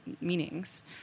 meanings